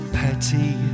petty